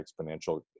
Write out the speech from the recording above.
exponential